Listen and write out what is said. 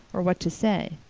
or what to say,